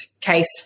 case